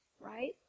right